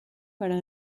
para